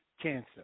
cancer